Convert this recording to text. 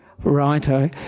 righto